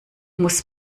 muss